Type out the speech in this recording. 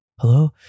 Hello